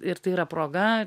ir tai yra proga